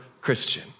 Christian